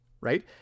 right